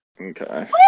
Okay